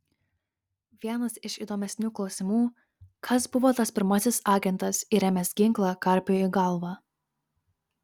vienas iš įdomesnių klausimų kas buvo tas pirmasis agentas įrėmęs ginklą karpiui į galvą